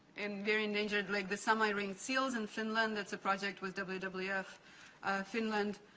and very endangered, like the sam-eye-ring seals in finland, that's a project with wwf wwf finland.